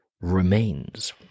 remains